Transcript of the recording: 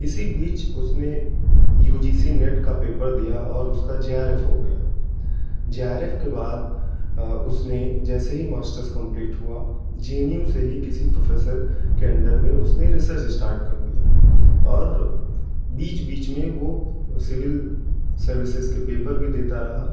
इसी बीच उसने यू जी सी नेट का पेपर दिया और उसका जी आर ऐफ हो गया जी आर ऐफ के बाद उसने जैसे ही मास्टरस कम्प्लीट हुआ जे एन यू से ही किसी प्रोफेसर के अन्डर में उसने रिसर्च स्टार्ट कर दिया और बीच बीच में वो सिवल सर्विसेज़ के पेपर भी देता रहा